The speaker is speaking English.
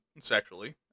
sexually